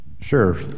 Sure